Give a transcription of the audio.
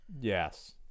Yes